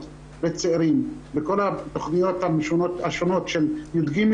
וצעירים בכל התוכניות השונות של כיתות י"ג